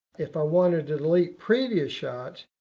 if i wanted to delete previous shots,